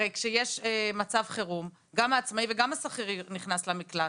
הרי כשיש מצב חרום גם העצמאי וגם השכיר נכנסים למקלט.